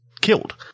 killed